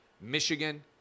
Michigan